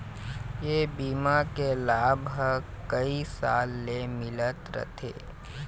ए बीमा के लाभ ह कइ साल ले मिलत रथे